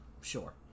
sure